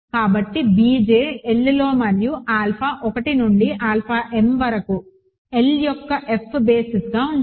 కాబట్టి b j L లో మరియు ఆల్ఫా 1 నుండి ఆల్ఫా m వరకు L యొక్క F బేసిస్గా ఉంటాయి